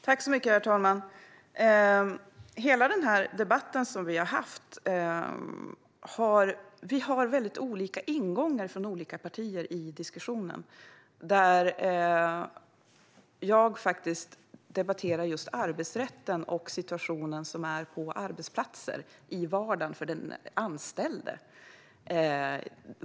Herr talman! Under hela den debatt som vi har haft har de olika partierna haft väldigt olika ingångar in i diskussionen. Jag debatterar arbetsrätten och den situation som finns på arbetsplatser för den anställde i vardagen.